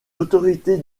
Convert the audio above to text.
autorités